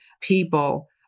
people